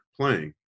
playing